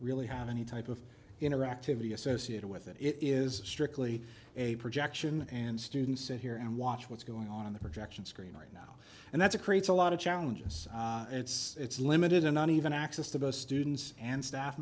really have any type of interactivity associated with it it is strictly a projection and students sit here and watch what's going on in the projection screen right now and that's a creates a lot of challenges it's it's limited and not even access to both students and staff